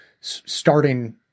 starting